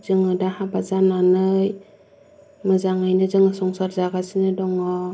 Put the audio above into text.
जोङो दा हाबा जानानै मोजाङैनो जोङो संसार जागासिनो दङ